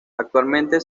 actualmente